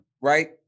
Right